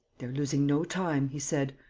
they're losing no time, he said.